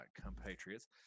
compatriots